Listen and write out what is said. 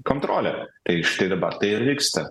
kontrolę tai štai dabar tai ir vyksta